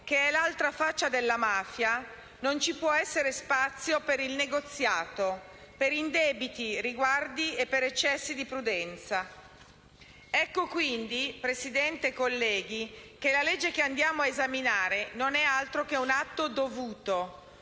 che è l'altra faccia della mafia - non ci può essere spazio per il negoziato, per indebiti riguardi e per eccessi di prudenza. Ecco quindi, signor Presidente e colleghi, che il disegno di legge che andiamo a esaminare non è altro che un atto dovuto.